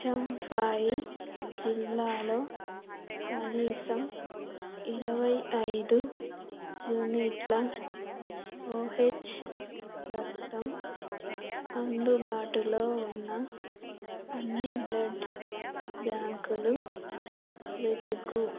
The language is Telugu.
చంఫాయి జిల్లాలో కనీసం ఇరవై ఐదు యూనిట్ల ఓహెచ్ రక్తం అందుబాటులో ఉన్న అన్ని బ్లడ్ బ్యాంకులు వెతుకుము